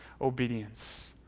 obedience